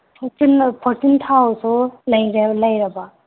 fortune ꯊꯥꯎꯗꯣ ꯂꯩꯔꯕꯣ